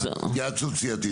התייעצות סיעתית.